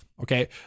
okay